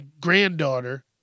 granddaughter